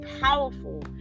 powerful